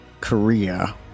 korea